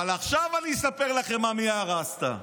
אבל עכשיו אני אספר לכם מה מיארה עשתה.